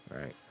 right